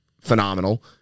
phenomenal